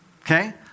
Okay